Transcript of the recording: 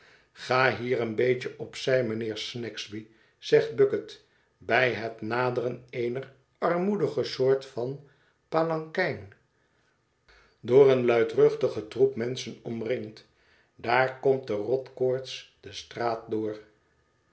ga hier een beetje op zij mijnheer snagsby zegt bucket bij het naderen eener armoedige soort van palankijn door een luidruchtigen troep menschen omringd daar komt de rotkoorts de straat door